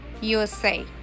USA